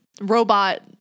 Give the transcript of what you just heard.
robot